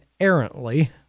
errantly